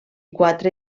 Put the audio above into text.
quatre